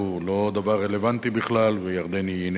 הוא לא דבר רלוונטי בכלל וירדן אינה